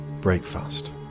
Breakfast